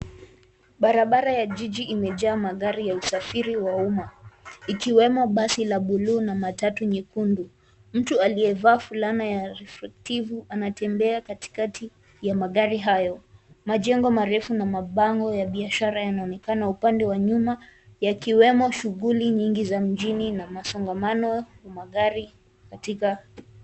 Barabara ya jiji imejaa magari ya usafiri aa umma ikiwemo basi la buluu na matatu nyekundu mtu aliyevaa fulana ya reflektivu anatrmbea katikati ya magari hayo majengo marefu na mapango ya biashara yanaonekana upande wa nyuma yakiwemo shughuli nyingi za mjini na msongamano wa magari.